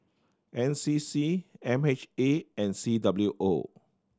N C C M H A and C W O